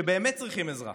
שבאמת צריכות עזרה.